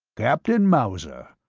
captain mauser,